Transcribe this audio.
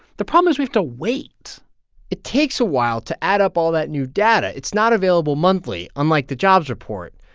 the problem is we have to wait it takes a while to add up all that new data. it's not available monthly, unlike the jobs report,